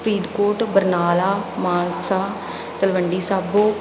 Faridkot Barnala Mansa Talwandi Sabo